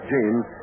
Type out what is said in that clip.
James